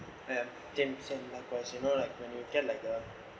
A_T_M and consider like when you get like a